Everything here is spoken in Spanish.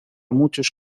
muchos